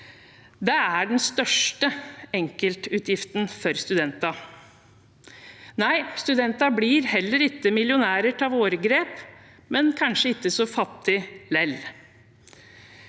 Det er den største enkeltutgiften for studenter. Nei, studenter blir heller ikke millionærer av våre grep, men kanskje ikke så fattige lell.